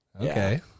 Okay